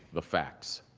the facts,